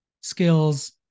skills